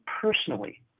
personally